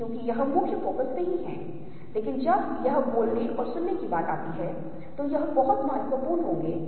तो इस पूरा करने की यह मस्तिष्क की प्रवृत्ति जो कि अधूरी है शायद इस आधार पर है कि हमें इस तरह की व्यक्तिपरक अनुभूति क्यों हैं